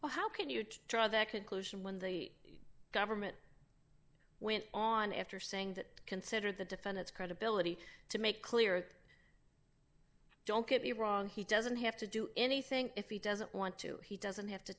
well how can you draw the conclusion when the government went on after saying that consider the defendants credibility to make clear don't get me wrong he doesn't have to do anything if he doesn't want to he doesn't have to